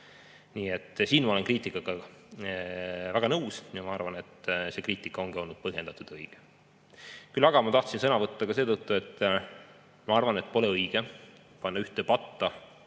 siin ma olen kriitikaga väga nõus ja arvan, et see kriitika on olnud põhjendatud ja õige. Aga ma tahtsin sõna võtta ka seetõttu, et ma arvan, et pole õige panna kogu maailm